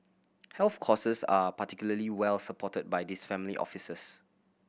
health causes are particularly well supported by these family offices